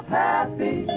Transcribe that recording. happy